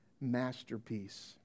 masterpiece